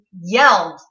yelled